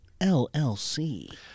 LLC